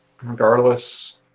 regardless